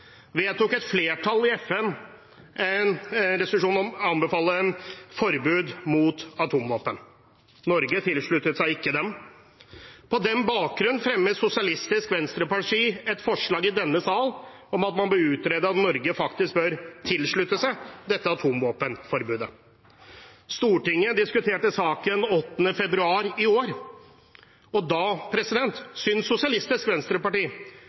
vedtok et flertall i FN en resolusjon om å anbefale forbud mot atomvåpen. Norge tilsluttet seg ikke den. På den bakgrunn fremmet Sosialistisk Venstreparti et forslag i denne sal om at man burde utrede om Norge faktisk bør tilslutte seg dette atomvåpenforbudet. Stortinget diskuterte saken 8. februar i år.